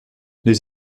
les